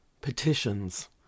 petitions